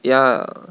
ya